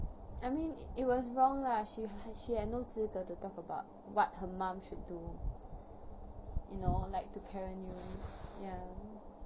I mean it was wrong lah she ha~ she had no 资格 to talk about what her mum should do you know like to parents you ya